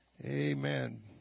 Amen